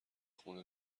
خونه